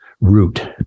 root